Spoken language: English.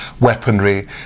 weaponry